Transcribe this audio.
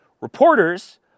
Reporters